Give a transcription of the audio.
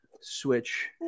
switch